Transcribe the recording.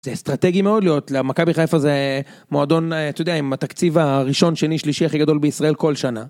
זה אסטרטגי מאוד להיות, למה מכבי חיפה זה מועדון, אתה יודע, עם התקציב הראשון, שני, שלישי, הכי גדול בישראל כל שנה.